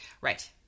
Right